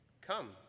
Come